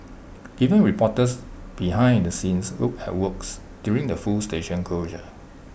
giving reporters behind the scenes look at works during the full station closure